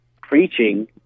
preaching